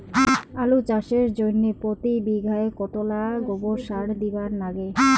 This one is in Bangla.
আলু চাষের জইন্যে প্রতি বিঘায় কতোলা গোবর সার দিবার লাগে?